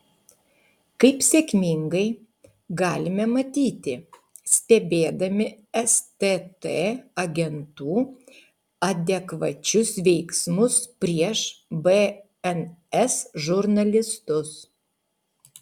kaip sėkmingai galime matyti stebėdami stt agentų adekvačius veiksmus prieš bns žurnalistus